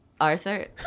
Arthur